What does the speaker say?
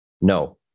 No